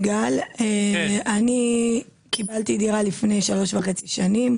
אני קיבלתי דירה לפני שלוש וחצי שנים.